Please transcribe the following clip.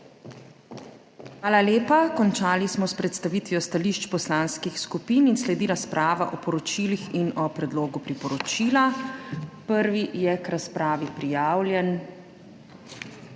Hvala lepa. Končali smo s predstavitvijo stališč poslanskih skupin. Sledi razprava o poročilih in o predlogu priporočila. Prvi je k razpravi prijavljen